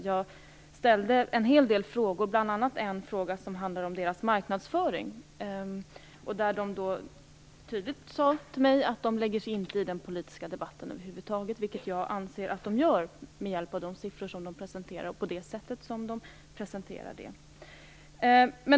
Jag ställde en hel del frågor, och bl.a. en fråga som handlade om dess marknadsföring. Där sade man tydligt till mig att Vattenfall inte lägger sig i den politiska debatten över huvud taget, vilket jag anser att man gör med hjälp av de siffror som man presenterar och på det sätt som de presenteras.